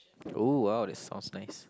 oh !wow! that songs nice